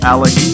Alex